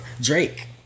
Drake